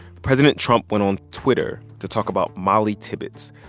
president trump went on twitter to talk about mollie tibbetts,